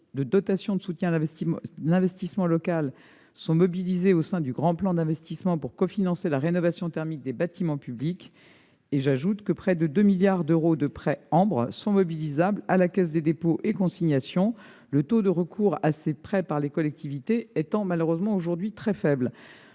de dotation de soutien à l'investissement local sont mobilisés au sein du grand plan d'investissement pour cofinancer la rénovation thermique des bâtiments publics. J'ajoute que près de 2 milliards d'euros de prêts AmBRE sont mobilisables à la Caisse des dépôts et consignations, le taux de recours à ces prêts par les collectivités étant malheureusement aujourd'hui très faible.